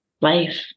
life